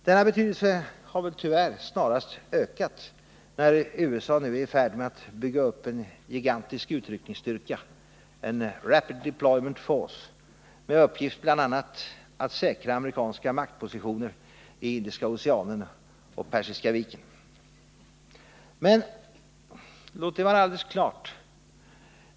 Denna betydelse har väl tyvärr snarast ökat när USA nu är i färd med att bygga upp en gigantisk utryckningsstyrka, en Rapid Deployment Force, med uppgift bl.a. att säkra amerikanska maktpositioner i Indiska oceanen och Persiska viken. Men -— låt det vara alldeles klart!